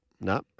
No